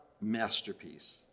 masterpiece